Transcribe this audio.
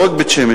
לא רק בית-שמש,